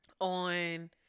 on